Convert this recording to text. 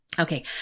Okay